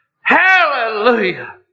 Hallelujah